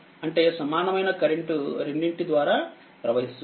అంటేసమానమైన current రెండింటి ద్వారా ప్రవహిస్తుంది